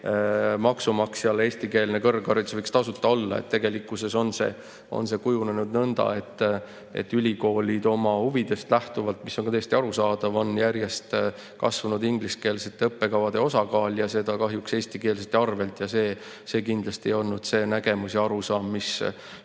maksumaksjal võiks eestikeelne kõrgharidus tasuta olla. Tegelikkuses on see kujunenud nõnda, et ülikoolides oma huvidest lähtuvalt, mis on täiesti arusaadav, on järjest kasvanud ingliskeelsete õppekavade osakaal ja seda kahjuks eestikeelsete arvel. See kindlasti ei olnud see nägemus ja arusaam, mis